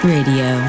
Radio